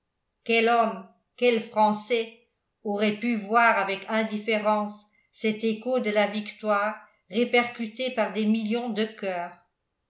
quel homme quel français aurait pu voir avec indifférence cet écho de la victoire répercuté par des millions de coeurs